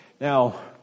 Now